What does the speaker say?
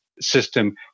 system